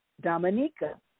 Dominica